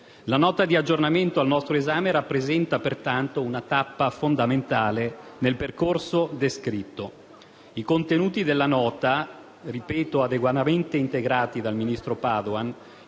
La Nota di aggiornamento al nostro esame rappresenta pertanto una tappa fondamentale nel percorso descritto. I contenuti della Nota, adeguatamente integrati dal ministro Padoan,